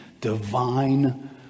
divine